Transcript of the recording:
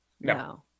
No